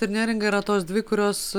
ir neringa yra tos dvi kurios